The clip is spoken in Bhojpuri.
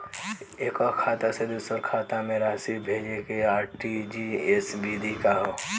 एकह खाता से दूसर खाता में राशि भेजेके आर.टी.जी.एस विधि का ह?